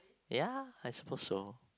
ya I suppose so